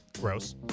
gross